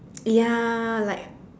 ya like